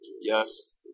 Yes